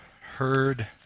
heard